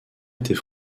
était